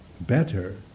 better